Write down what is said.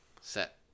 set